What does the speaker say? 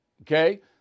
okay